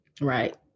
Right